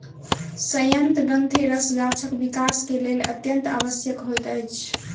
सयंत्र ग्रंथिरस गाछक विकास के लेल अत्यंत आवश्यक होइत अछि